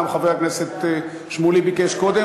גם חבר הכנסת שמולי ביקש קודם.